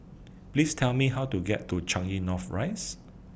Please Tell Me How to get to Changi North Rise